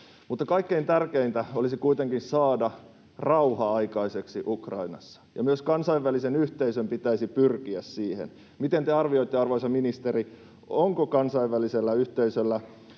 Mutta kaikkein tärkeintä olisi kuitenkin saada rauha aikaiseksi Ukrainassa, ja myös kansainvälisen yhteisön pitäisi pyrkiä siihen. Miten te arvioitte, arvoisa ministeri, onko kansainvälisellä yhteisöllä